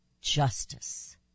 justice